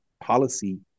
policy